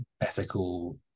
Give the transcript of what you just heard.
ethical